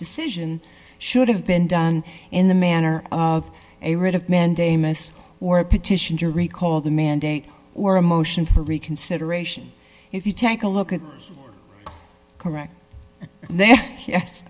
decision should have been done in the manner of a writ of mandamus or a petition to recall the mandate or a motion for reconsideration if you take a look at correct then yes